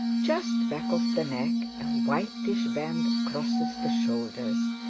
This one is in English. just back of the neck a whitish band crosses the shoulders,